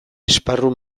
esparru